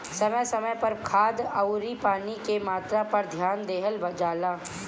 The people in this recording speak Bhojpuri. समय समय पर खाद अउरी पानी के मात्रा पर ध्यान देहल जला